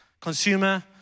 consumer